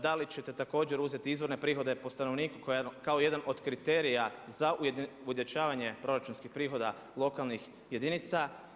Da li ćete također uzeti izvorne prihode po stanovniku koje je jedan od kriterija za ujednačavanje proračunskih prihoda lokalnih jedinica?